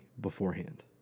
beforehand